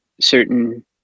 certain